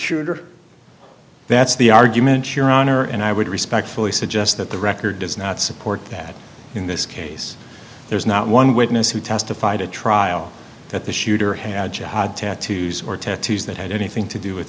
shooter that's the argument your honor and i would respectfully suggest that the record does not support that in this case there's not one witness who testified at trial that the shooter had jihad tattoos or tattoos that had anything to do with